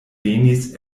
venis